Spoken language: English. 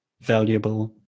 valuable